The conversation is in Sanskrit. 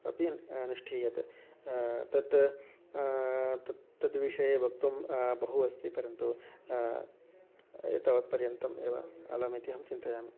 अपि अनुष्ठीयते तद् तत् तद् तद्विषये वक्तुं बहु अस्ति परन्तु एतावत्पर्यन्तम् एव अलमिति अहं चिन्तयामि